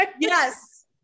Yes